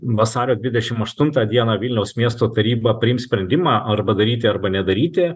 vasario dvidešim aštuntą dieną vilniaus miesto taryba priims sprendimą arba daryti arba nedaryti